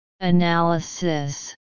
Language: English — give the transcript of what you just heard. Analysis